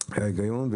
וההיגיון,